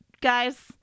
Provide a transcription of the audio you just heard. guys